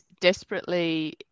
desperately